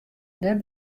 dêr